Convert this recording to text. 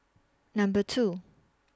Number two